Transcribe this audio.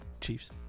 Chiefs